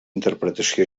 interpretació